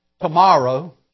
tomorrow